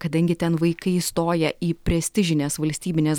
kadangi ten vaikai įstoję į prestižines valstybines